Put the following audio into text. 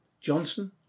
Johnson